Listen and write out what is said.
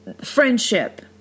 friendship